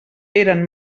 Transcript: eren